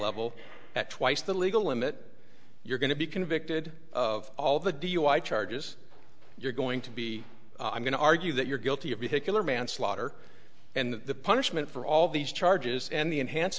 level at twice the legal limit you're going to be convicted of all the dui charges you're going to be i'm going to argue that you're guilty of vehicular manslaughter and that the punishment for all these charges and the enhance